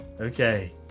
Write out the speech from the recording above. Okay